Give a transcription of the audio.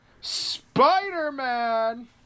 spider-man